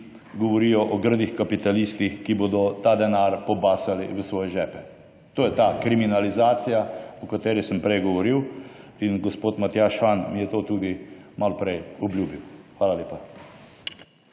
govorijo o grdih kapitalistih, ki bodo ta denar pobasali v svoje žepe. To je ta kriminalizacija, o kateri sem prej govoril. In gospod Matjaž Han mi je to tudi maloprej obljubil. Hvala lepa.